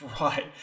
Right